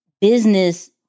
business